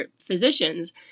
physicians